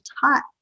taught